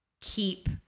keep